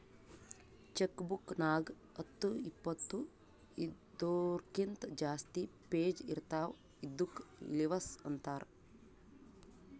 check book ನಾಗ್ ಹತ್ತು ಇಪ್ಪತ್ತು ಇದೂರ್ಕಿಂತ ಜಾಸ್ತಿ ಪೇಜ್ ಇರ್ತಾವ ಇದ್ದುಕ್ ಲಿವಸ್ ಅಂತಾರ್